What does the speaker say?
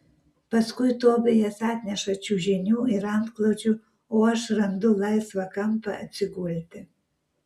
paskui tobijas atneša čiužinių ir antklodžių o aš randu laisvą kampą atsigulti